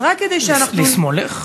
לשמאלך?